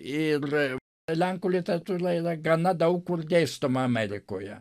ir lenkų literatūra yra gana daug kur dėstoma amerikoje